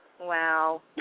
Wow